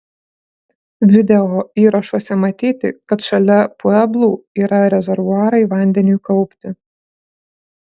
videoįrašuose matyti kad šalia pueblų yra rezervuarai vandeniui kaupti